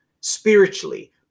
spiritually